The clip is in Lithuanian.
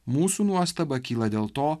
mūsų nuostaba kyla dėl to